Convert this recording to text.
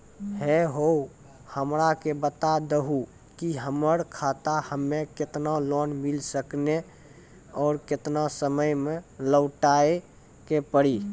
है हो हमरा के बता दहु की हमार खाता हम्मे केतना लोन मिल सकने और केतना समय मैं लौटाए के पड़ी?